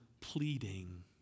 pleading